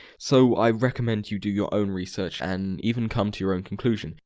so. i recommend you do your own research and even come to your own conclusion.